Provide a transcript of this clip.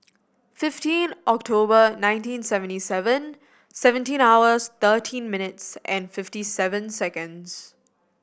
fifteen October nineteen seventy seven seventeen hours thirteen minutes and fifty seven seconds